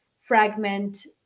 fragment